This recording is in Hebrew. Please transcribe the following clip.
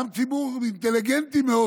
גם מציבור אינטליגנטי מאוד,